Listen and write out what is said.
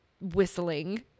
whistling